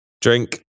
Drink